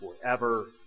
forever